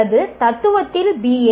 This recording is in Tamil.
அல்லது தத்துவத்தில் பி